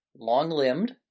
long-limbed